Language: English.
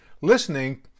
listening